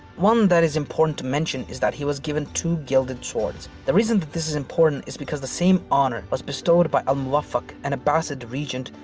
one that is important to mention is that he was given two gilded swords. the reason that this is important is because the same honor was bestowed by al-muwaffak, an abbasid regent,